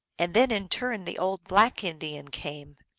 and then in turn the old black indian came,